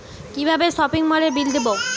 কিভাবে সপিং মলের বিল দেবো?